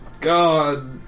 God